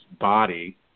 body